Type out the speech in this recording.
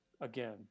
again